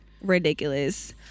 Ridiculous